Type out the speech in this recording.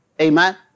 Amen